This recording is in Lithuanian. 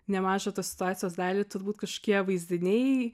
nemažą tos situacijos dalį turbūt kažkokie vaizdiniai